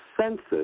senses